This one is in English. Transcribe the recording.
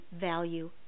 value